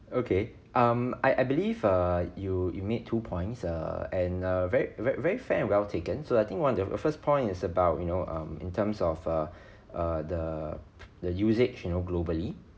okay um I I believe err you you made two points err and err very very fair and well taken so I think one of the first point is about you know um in terms of err err the the usage you know globally